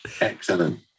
Excellent